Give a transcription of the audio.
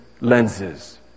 lenses